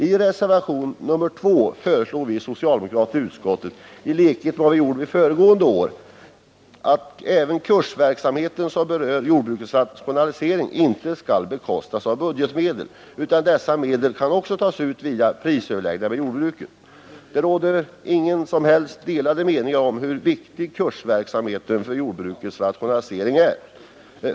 I reservationen 2 föreslår vi socialdemokrater i utskottet, i likhet med vad vi gjorde föregående år, att den kursverksamhet som berör jordbrukets rationalisering inte skall bekostas av budgetmedel, utan även dessa medel skall kunna tas ut vid prisöverläggningar med jordbruket. Det råder inga som helst delade meningar om hur viktig kursverksamheten för jordbrukets rationalisering är.